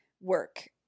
work